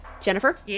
Jennifer